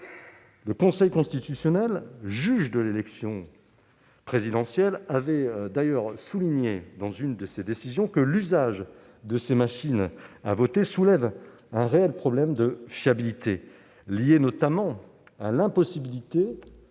Le Conseil constitutionnel, juge de l'élection présidentielle avait d'ailleurs souligné, dans l'une de ses décisions, que l'usage de ces machines à voter soulevait un réel problème de fiabilité, lié notamment à l'impossibilité